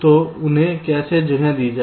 तो उन्हें कैसे जगह दी जाए